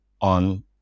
on